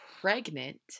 pregnant